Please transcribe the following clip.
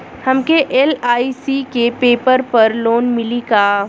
हमके एल.आई.सी के पेपर पर लोन मिली का?